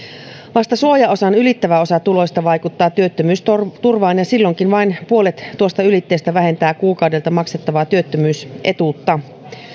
vasta suojaosan ylittävä osa tuloista vaikuttaa työttömyysturvaan ja silloinkin vain puolet tuosta ylitteestä vähentää kuukaudelta maksettavaa työttömyysetuutta